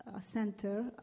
center